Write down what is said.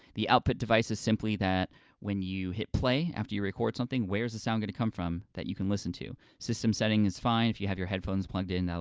the output device is simply that when you hit play, after you record something, where's the sound gonna come from, that you can listen too. system setting is five, you have your headphones plugged in,